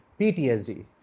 PTSD